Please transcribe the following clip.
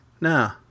No